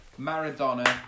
Maradona